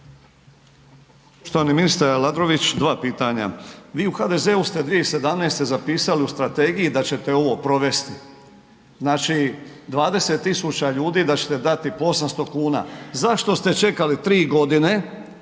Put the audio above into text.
Štovani ministre Aladrović. Dva pitanja. Vi u HDZ-u ste 2017.zapisali u strategiji da ćete ovo provesti, znači 20.000 ljudi da ćete dati po 800 kuna. Zašto ste čekali tri godine